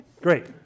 Great